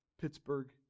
Pittsburgh